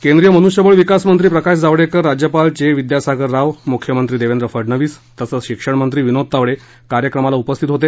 केंद्रीय मनुष्यबळ विकास मंत्री प्रकाश जावडेकर राज्यपाल चे विद्यासागर राव मुख्यमंत्री देवेंद्र फडणवीस तसंच शिक्षणमंत्री विनोद तावडे कार्यक्रमाला उपस्थित होते